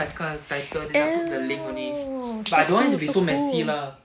oh so cool so cool